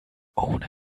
ohne